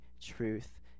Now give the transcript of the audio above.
truth